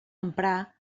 emprar